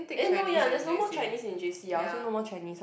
eh no ya there's no more Chinese in J_C I also no more Chinese hor